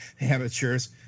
Amateurs